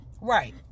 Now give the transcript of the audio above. Right